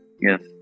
yes